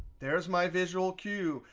there is my visual cue.